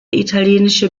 italienische